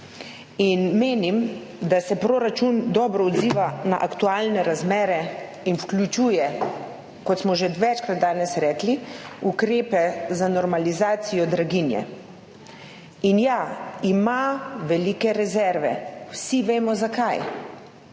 Menim, da se proračun dobro odziva na aktualne razmere in vključuje, kot smo že večkrat danes rekli, ukrepe za normalizacijo draginje. In ja, ima velike rezerve. Vsi vemo zakaj.